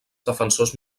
defensors